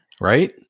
right